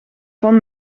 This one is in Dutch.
van